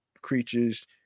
creatures